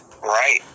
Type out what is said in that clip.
Right